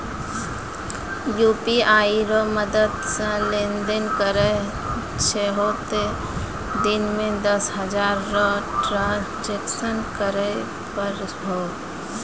UPI रो मदद से लेनदेन करै छहो तें दिन मे दस हजार रो ट्रांजेक्शन करै पारभौ